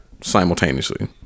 simultaneously